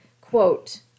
quote